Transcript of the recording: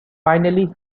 finally